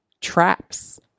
traps